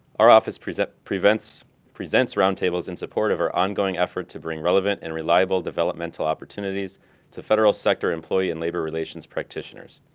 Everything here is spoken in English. our office present prevents presents roundtables in support of our ongoing effort to bring relevant and reliable developmental opportunities to federal sector employee and labor relations practitioners.